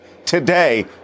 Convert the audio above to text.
today